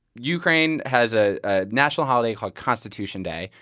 ukraine has a ah national holiday called constitution day,